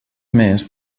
més